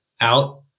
out